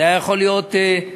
זה היה יכול להיות ערבים,